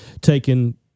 taken